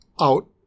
out